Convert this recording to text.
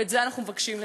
ואת זה אנחנו מבקשים לתקן.